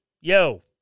yo